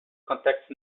contacts